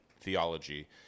theology